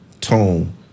tone